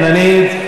אני מאוד אודה לך.